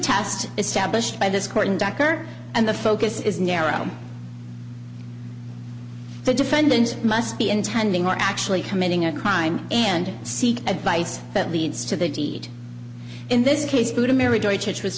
established by this court and doctor and the focus is narrow the defendant must be intending or actually committing a crime and seek advice that leads to the deed in this case